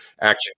action